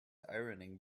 ironing